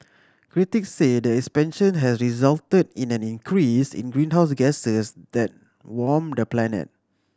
critics say the expansion has resulted in an increase in the greenhouse gases that warm the planet